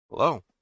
Hello